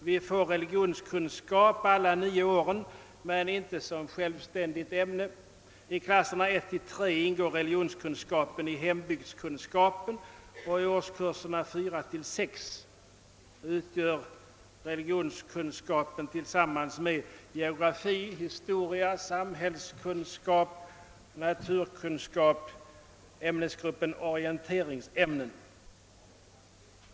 Vi får religionskunskap alla nio åren, men inte som självständigt ämne. I klasserna 1—3 ingår religionskunskap i hembygdskunskap och i årskurserna 4—6 utgör religionskunsap tillsammans med geografi, historia, samhällskunskap och naturkunskap ämnesgruppen orienteringsämnen.